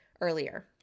earlier